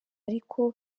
ariko